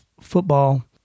football